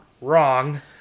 wrong